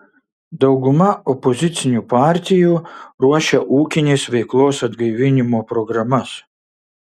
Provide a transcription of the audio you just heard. dauguma opozicinių partijų ruošia ūkinės veiklos atgaivinimo programas